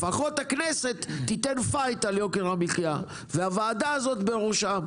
לפחות הכנסת תיתן פייט על יוקר המחיה והוועדה הזאת בראשה.